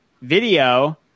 video